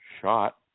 shot